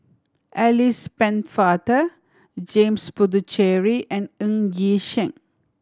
Alice Pennefather James Puthucheary and Ng Yi Sheng